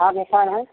हाँ होता है